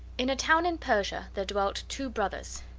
in a town in persia there dwelt two brothers,